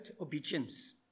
obedience